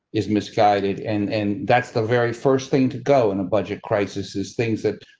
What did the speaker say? is misguided and and that's the very first thing to go. and a budget crisis is things that,